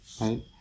right